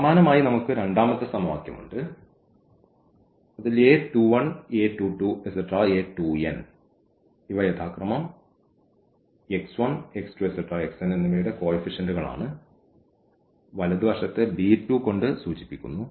സമാനമായി നമുക്ക് രണ്ടാമത്തെ സമവാക്യം ഉണ്ട് and ഇവ യഥാക്രമം എന്നിവയുടെ കോയിഫിഷ്യന്റ്കൾ ആണ് വലതുവശത്ത് കൊണ്ട് സൂചിപ്പിക്കുന്നു